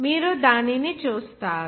మీరు దానిని చూస్తారు